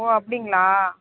ஓ அப்டிங்களா